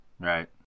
Right